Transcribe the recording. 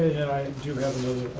and i do have a